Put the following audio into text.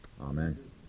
Amen